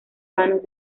vanos